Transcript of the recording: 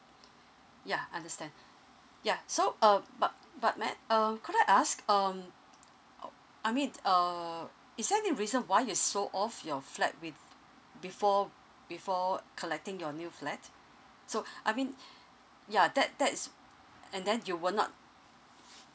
ya understand ya so um but but ma~ uh could I ask um uh I mean uh is there any reason why you sold off your flat with before before collecting your new flat so I mean ya that that is and then you will not